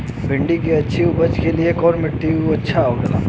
भिंडी की अच्छी उपज के लिए कवन मिट्टी अच्छा होला?